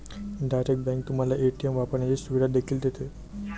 direct bank तुम्हाला ATM वापरण्याची सुविधा देखील देते